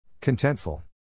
Contentful